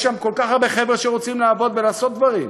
יש שם כל כך הרבה חבר'ה שרוצים לעבוד ולעשות דברים.